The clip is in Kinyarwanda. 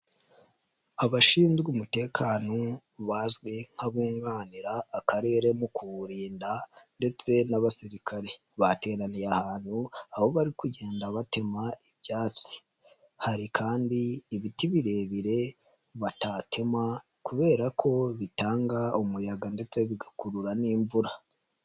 Abashinzwe umutekano bazwi nk'abunganira akarere mu kuwurinda ndetse n'abasirikare, bateraniye ahantu aho bari kugenda batema ibyatsi. Hari kandi ibiti birebire batatema kubera ko bitanga umuyaga ndetse bigakurura n'imvura.